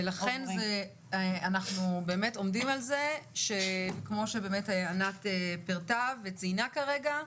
ולכן כמו שבאמת ענת פירטה וציינה כרגע,